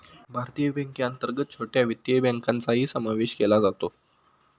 भारतीय बँकेअंतर्गत छोट्या वित्तीय बँकांचाही समावेश केला जातो